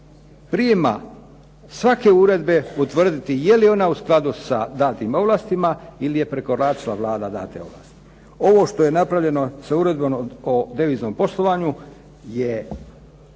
prijema svake uredbe potvrditi je li ona u skladu sa datim ovlastima ili je Vlada prekoračila date ovlasti. Ovo što je napravljeno sa uredbom o deviznom poslovanju je